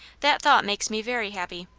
that thought makes me very happy.